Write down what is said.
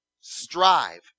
strive